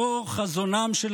"לאור חזונם של